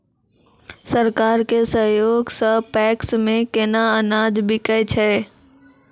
सरकार के सहयोग सऽ पैक्स मे केना अनाज बिकै छै?